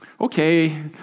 okay